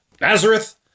Nazareth